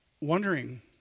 wondering